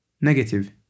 Negative